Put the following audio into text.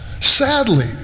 Sadly